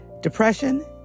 Depression